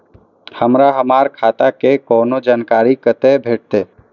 हमरा हमर खाता के कोनो जानकारी कतै भेटतै?